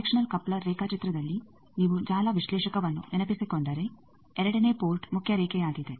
directional coupler ರೇಖಾಚಿತ್ರದಲ್ಲಿ ನೀವು ಜಾಲ ವಿಶ್ಲೇಷಕವನ್ನು ನೆನಪಿಸಿಕೊಂಡರೆ ಎರಡನೇ ಪೋರ್ಟ್ ಮುಖ್ಯ ರೇಖೆಯಾಗಿದೆ